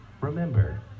Remember